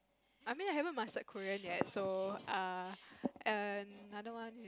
I mean I haven't mastered Korean yet so err another one